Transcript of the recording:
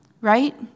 right